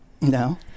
no